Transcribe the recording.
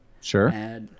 Sure